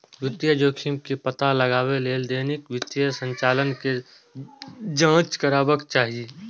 वित्तीय जोखिम के पता लगबै लेल दैनिक वित्तीय संचालन के जांच करबाक चाही